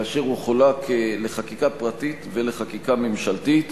כאשר הוא חולק לחקיקה פרטית ולחקיקה ממשלתית,